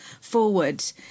forward